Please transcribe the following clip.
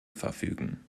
verfügen